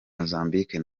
mozambique